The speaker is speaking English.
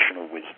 wisdom